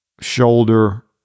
shoulder